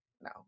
no